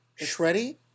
Shreddy